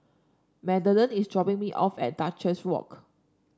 Magdalen is dropping me off at Duchess Walk